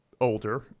older